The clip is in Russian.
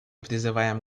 призываем